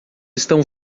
estão